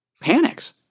panics